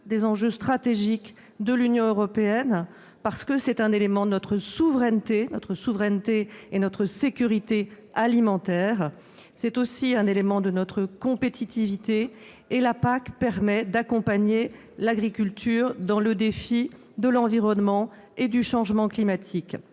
des enjeux stratégiques de l'Union européenne : c'est un élément de notre souveraineté, de notre sécurité alimentaire, ainsi que de notre compétitivité. La PAC permet d'aider l'agriculture à relever le défi de l'environnement et du changement climatique.